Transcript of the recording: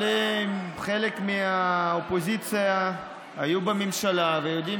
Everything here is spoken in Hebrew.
אבל חלק מהאופוזיציה היו בממשלה ויודעים